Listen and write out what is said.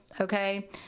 Okay